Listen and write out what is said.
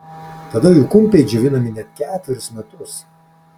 tada jų kumpiai džiovinami net ketverius metus